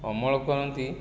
ଅମଳ କରନ୍ତି